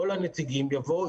כל הנציגים יבואו,